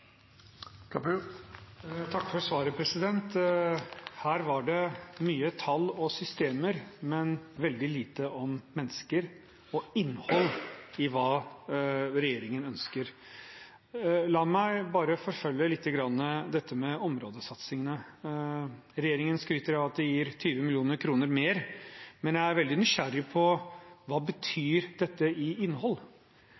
Takk for svaret. Her var det mye tall og systemer, men veldig lite om mennesker og innhold i hva regjeringen ønsker. La meg forfølge lite grann dette med områdesatsingene. Regjeringen skryter av at de gir 20 mill. kr mer, men jeg er veldig nysgjerrig på hva